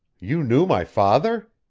you knew my father?